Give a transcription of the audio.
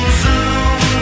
zoom